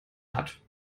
hat